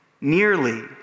nearly